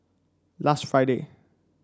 last Friday